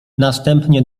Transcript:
następnie